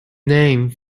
named